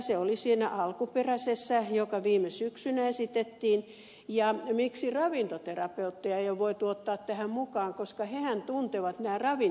se oli siinä alkuperäisessä joka viime syksynä esitettiin ja miksi ravintoterapeutteja ei ole voitu ottaa tähän mukaan koska hehän tuntevat nämä ravintovalmisteet